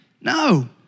no